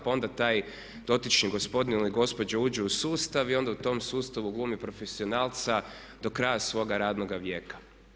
Pa onda taj dotični gospodin ili gospođa uđu u sustav i onda u tom sustavu glumi profesionalca do kraja svoga radnoga vijeka.